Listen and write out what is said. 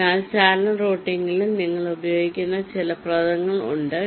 അതിനാൽ ചാനൽ റൂട്ടിംഗിൽ ഞങ്ങൾ ഉപയോഗിക്കുന്ന ചില പദങ്ങൾ ഉണ്ട്